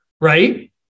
right